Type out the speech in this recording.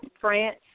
France